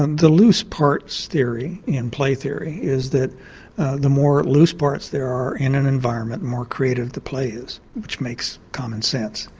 and the loose parts theory in play theory is that the more loose parts there are in an environment, the more creative the play is, which makes common sense.